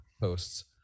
posts